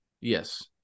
Yes